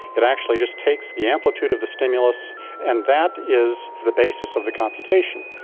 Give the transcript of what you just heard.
it actually just takes the amplitude of the stimulus and that is the basis of the computation.